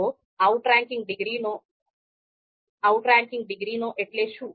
તો આઉટરેન્કિંગ ડિગ્રીનો એટલે શું